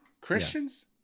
christians